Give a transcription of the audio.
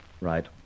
Right